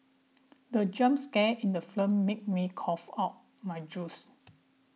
the jump scare in the film made me cough out my juice